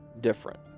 different